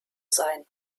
sein